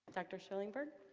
dr. shillingburg